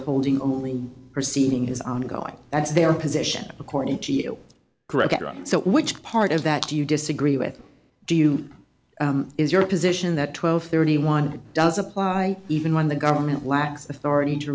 holding only proceeding is ongoing that's their position according to you correct so which part of that do you disagree with do you is your position that twelve thirty one does apply even when the government lacks authority to